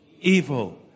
evil